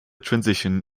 transition